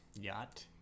Yacht